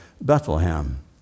Bethlehem